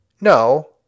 No